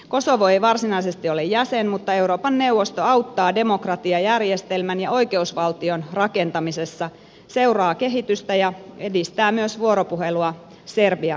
kosovo ei varsinaisesti ole jäsen mutta euroopan neuvosto auttaa demokratiajärjestelmän ja oikeusvaltion rakentamisessa seuraa kehitystä ja edistää myös vuoropuhelua serbian kanssa